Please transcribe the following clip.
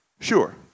Sure